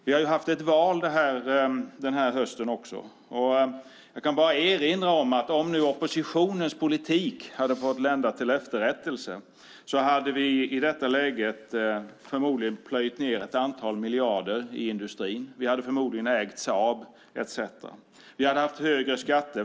Vi har haft val denna höst, och jag kan erinra om att om oppositionens politik hade fått lända till efterrättelse hade Sverige i detta läge förmodligen plöjt ned ett antal miljarder i industrin, och vi hade förmodligen ägt Saab etcetera. Vi hade haft högre skatter.